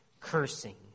cursing